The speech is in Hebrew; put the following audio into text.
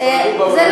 איך את יודעת שהם, ?